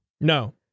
No